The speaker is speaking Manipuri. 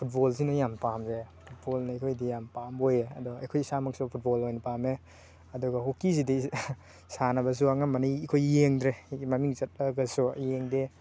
ꯐꯨꯠꯕꯣꯜꯁꯤꯅ ꯌꯥꯝ ꯄꯥꯝꯖꯩꯌꯦ ꯐꯨꯠꯕꯣꯜꯅ ꯑꯩꯈꯣꯏꯗꯤ ꯌꯥꯝ ꯄꯥꯝꯕ ꯑꯣꯏꯌꯦ ꯑꯗꯣ ꯑꯩꯈꯣꯏ ꯏꯁꯥꯃꯛꯁꯨ ꯐꯨꯠꯕꯣꯜ ꯑꯣꯏꯅ ꯄꯥꯝꯃꯦ ꯑꯗꯨꯒ ꯍꯣꯛꯀꯤꯁꯤꯗꯤ ꯁꯥꯟꯅꯕꯁꯨ ꯑꯅꯝꯕꯅ ꯑꯩꯈꯣꯏ ꯌꯦꯡꯗ꯭ꯔꯦ ꯃꯃꯤꯡ ꯆꯠꯂꯒꯁꯨ ꯑꯩ ꯌꯦꯡꯗꯦ